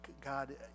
God